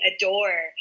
adore